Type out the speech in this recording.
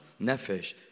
Nefesh